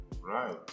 Right